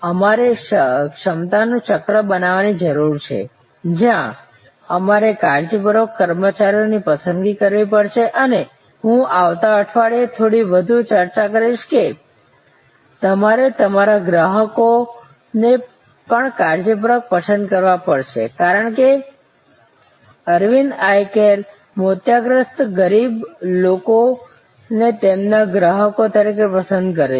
અમારે ક્ષમતાનું ચક્ર બનાવવાની જરૂર છે જ્યાં અમારે કાળજીપૂર્વક કર્મચારીઓની પસંદગી કરવી પડશે અને હું આવતા અઠવાડિયે થોડી વધુ ચર્ચા કરીશ કે તમારે તમારા ગ્રાહકોને પણ કાળજીપૂર્વક પસંદ કરવા પડશે જેમ કે અરવિંદ આઇ કેર મોતિયાગ્રસ્ત ગરીબ લોકોને તેમના ગ્રાહકો તરીકે પસંદ કરે છે